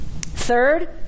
Third